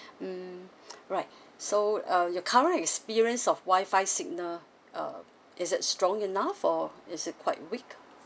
mm right so uh your current experience of Wi-Fi signal uh is it strong enough for is it quite weak